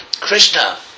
Krishna